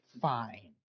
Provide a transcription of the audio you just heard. fine